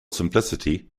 simplicity